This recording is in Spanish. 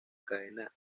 cadena